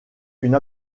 une